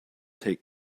take